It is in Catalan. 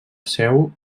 seu